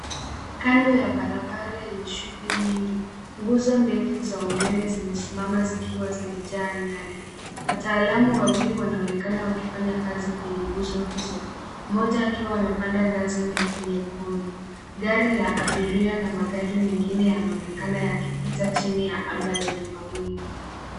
Kando ya barabara yenye shughuli nyingi, nguzo ndefu za umeme zimesimama zikiwa zimejaa nyaya. Wataalamu wawili wanaonekana wakifanya kwenye nguzo hizo, mmoja akiwa amepanda ngazi ndefu nyekundu. Gari la abiria, na magari mengine yanaonekana yakipita chini ya anga lenye mawingu.